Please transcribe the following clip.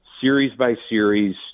series-by-series